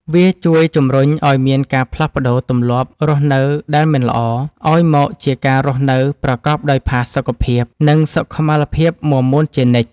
វាជួយជម្រុញឱ្យមានការផ្លាស់ប្តូរទម្លាប់រស់នៅដែលមិនល្អ ឱ្យមកជាការរស់នៅប្រកបដោយផាសុកភាព និងសុខុមាលភាពមាំមួនជានិច្ច។